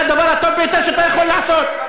זה הדבר הטוב ביותר שאתה יכול לעשות.